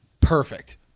perfect